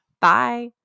Bye